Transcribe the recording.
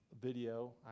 video